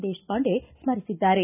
Deshpande ಸ್ತರಿಸಿದ್ದಾರೆ